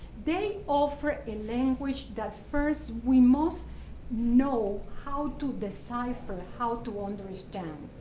they offer a language that first we must know how to decipher, how to understand.